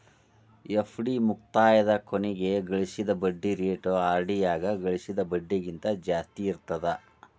FD ಮುಕ್ತಾಯದ ಕೊನಿಗ್ ಗಳಿಸಿದ್ ಬಡ್ಡಿ ರೇಟ ಆರ್.ಡಿ ಯಾಗ ಗಳಿಸಿದ್ ಬಡ್ಡಿಗಿಂತ ಜಾಸ್ತಿ ಇರ್ತದಾ